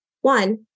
One